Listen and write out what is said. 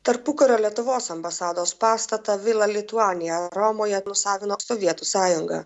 tarpukario lietuvos ambasados pastatą vila lituanija romoje nusavino sovietų sąjunga